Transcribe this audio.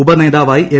ഉപനേതാവായി M